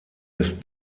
des